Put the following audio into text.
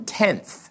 tenth